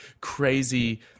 crazy